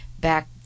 back